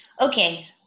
Okay